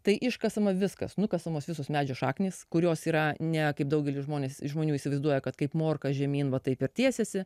tai iškasama viskas nukasamos visos medžių šaknys kurios yra ne kaip daugelis žmonės žmonių įsivaizduoja kad kaip morką žemyn va taip ir tiesiasi